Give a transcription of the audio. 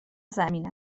زمین